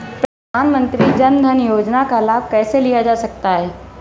प्रधानमंत्री जनधन योजना का लाभ कैसे लिया जा सकता है?